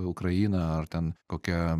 ukraina ar ten kokia